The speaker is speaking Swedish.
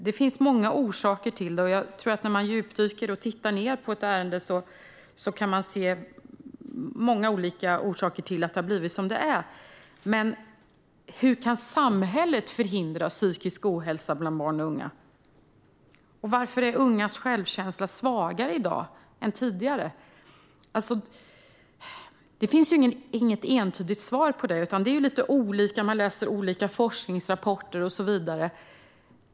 Det finns många orsaker till det, och när man djupdyker i och tittar på ett ärende tror jag att man kan se många olika orsaker till att det har blivit som det är. Men hur kan samhället förhindra psykisk ohälsa bland barn och unga? Varför är ungas självkänsla svagare i dag än tidigare? Det finns ju inget entydigt svar, utan det är lite olika; man läser olika forskningsrapporter och så vidare.